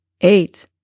eight